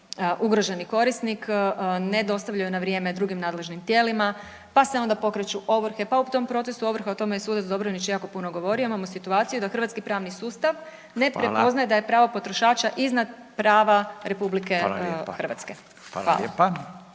ugroženi korisnik ne dostavljaju na vrijeme drugim nadležnim tijelima, pa se onda pokreću ovrhe, pa u tom procesu ovrhe, o tome je sudac Dobronić jako puno govorio, imamo situaciju da hrvatski pravni sustav ne prepoznaje da je pravo potrošača iznad prava RH. **Radin, Furio